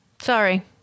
Sorry